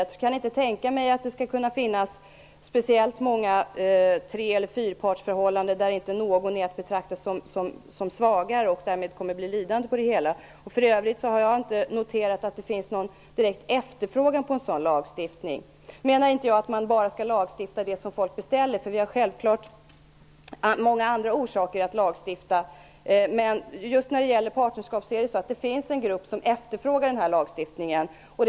Jag kan inte tänka mig att det finns speciellt många treeller fyrpartsförhållanden där inte någon är att betrakta som svagare och därmed kommer att bli lidande. Jag har för övrigt inte noterat att det finns någon direkt efterfrågan på en sådan lagstiftning. Nu menar jag inte att man skall lagstifta om sådant folk beställer. Det finns självfallet andra orsaker att lagstifta. Men det finns en grupp som efterfrågar en lagstiftning i fråga om partnerskap.